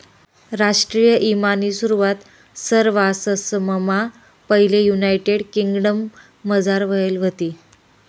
राष्ट्रीय ईमानी सुरवात सरवाससममा पैले युनायटेड किंगडमझार व्हयेल व्हती